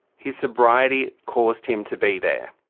his sobriety caused him to be there.